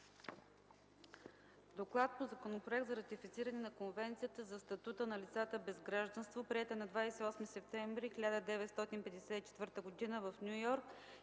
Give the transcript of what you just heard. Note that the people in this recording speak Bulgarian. предлаганият Законопроект за ратифициране на Конвенцията за статута на лицата без гражданство, приета на 28 септември 1954 г. в Ню Йорк,